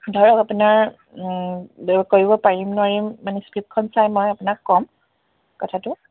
ধৰক আপোনাৰ কৰিব পাৰিম নোৱাৰিম মানে স্ক্ৰিপটখনন চাই মই আপোনাক ক'ম কথাটো